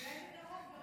אולי בקרוב גם אתה תהיה.